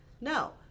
No